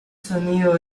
sonido